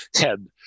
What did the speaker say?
head